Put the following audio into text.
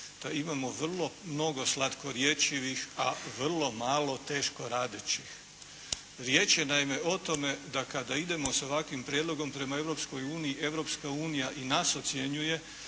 da imamo vrlo mnogo slatkorječivih, a vrlo malo teško radećih. Riječ je naime o tome kad idemo sa ovakvim prijedlogom prema Europskoj uniji,